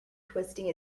twisting